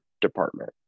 department